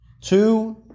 Two